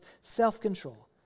self-control